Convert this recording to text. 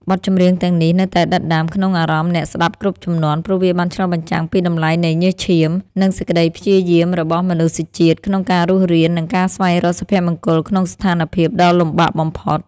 បទចម្រៀងទាំងនេះនៅតែដិតដាមក្នុងអារម្មណ៍អ្នកស្ដាប់គ្រប់ជំនាន់ ព្រោះវាបានឆ្លុះបញ្ចាំងពីតម្លៃនៃញើសឈាម និងសេចក្តីព្យាយាមរបស់មនុស្សជាតិក្នុងការរស់រាន និងការស្វែងរកសុភមង្គលក្នុងស្ថានភាពដ៏លំបាកបំផុត។